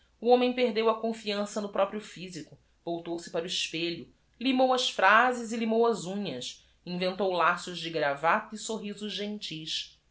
o homem perdeu a confiança no próprio phisico vol tou se para o espelho l i m o u as phrases e l i m o u as unhas i n v e n t o u laços de gravata e sorrisos gentis